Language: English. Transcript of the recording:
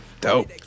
Dope